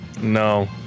No